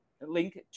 link